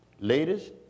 Ladies